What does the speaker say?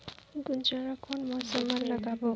गुनजा ला कोन मौसम मा लगाबो?